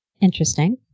interesting